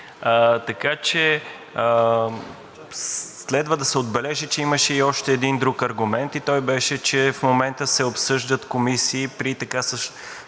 така че следва да се отбележи, че имаше и още един друг аргумент и той беше, че в момента се обсъждат комисии при така